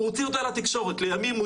הוא הוציא אותה לתקשורת ולימים הוא